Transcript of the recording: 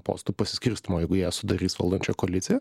postų pasiskirstymo jeigu jie sudarys valdančią koaliciją